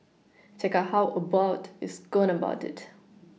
check out how Abbott is going about it